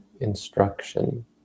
instruction